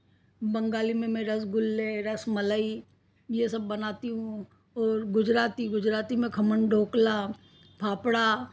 बंगाली में रसगुल्ले रसमलाई यह सब बनाती हूँ और गुजराती गुजराती में खमण ढोकला फाफड़ा